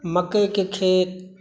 मकइक खेत